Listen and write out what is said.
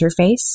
interface